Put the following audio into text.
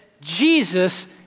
Jesus